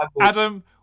Adam